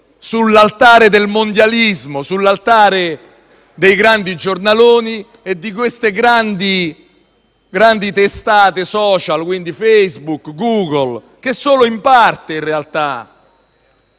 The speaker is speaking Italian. sull'altare del mondialismo, sull'altare dei grandi giornaloni e di queste grandi testate *social* come Facebook e Google, che solo in parte, in realtà,